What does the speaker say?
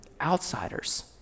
outsiders